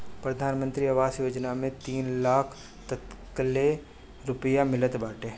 प्रधानमंत्री आवास योजना में तीन लाख तकले रुपिया मिलत बाटे